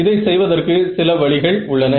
இதை செய்வதற்கு சில வழிகள் உள்ளன